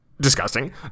Disgusting